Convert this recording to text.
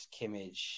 Kimmage